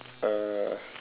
uh